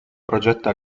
progetto